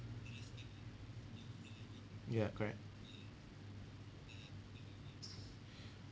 ya correct